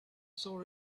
saw